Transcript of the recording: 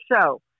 show